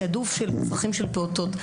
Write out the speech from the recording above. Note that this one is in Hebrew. תיעדוף של צרכים של פעוטות.